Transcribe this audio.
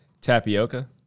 tapioca